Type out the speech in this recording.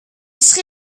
sri